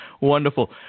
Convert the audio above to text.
wonderful